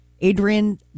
Adrian